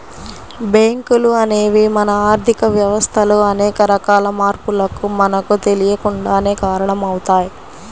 బ్యేంకులు అనేవి మన ఆర్ధిక వ్యవస్థలో అనేక రకాల మార్పులకు మనకు తెలియకుండానే కారణమవుతయ్